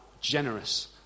generous